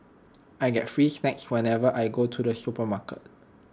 I get free snacks whenever I go to the supermarket